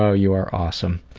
so you are awesome.